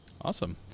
Awesome